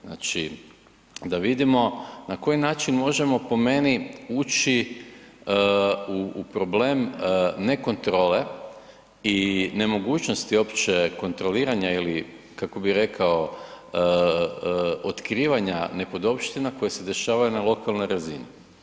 Znači, da vidimo, na koji način možemo, po meni ući u problem nekontrole i nemogućnosti uopće kontroliranja ili kako bih rekao otkrivanja nepodopština koje se dešavaju na lokalnoj razini.